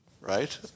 right